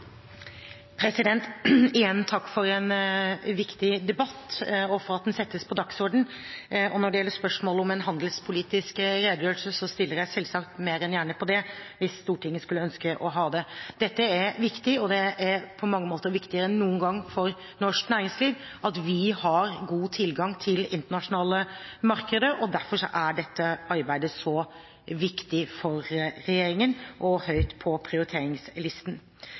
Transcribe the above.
Igjen – takk for en viktig debatt, og for at den settes på dagsordenen. Når det gjelder spørsmålet om en handelspolitisk redegjørelse, stiller jeg selvsagt mer enn gjerne på det, hvis Stortinget skulle ønske å ha det. Dette er viktig, det er på mange måter viktigere enn noen gang for norsk næringsliv at vi har god tilgang til internasjonale markeder, og derfor er dette arbeidet så viktig for regjeringen og høyt på prioriteringslisten.